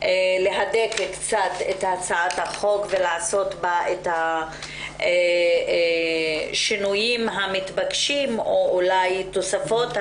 בהידוק הצעת החוק ולעשות בה שינויים מתבקשים או תוספות מתבקשות,